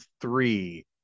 three